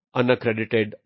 unaccredited